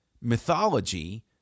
mythology